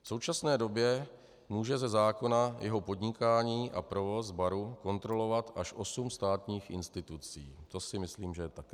V současné době může ze zákona jeho podnikání a provoz baru kontrolovat až osm státních institucí a to si myslím, že je také dost.